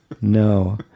no